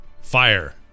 Fire